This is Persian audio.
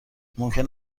ممکن